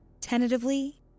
Tentatively